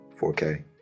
4k